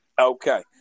Okay